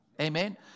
Amen